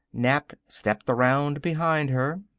nap stepped around behind her.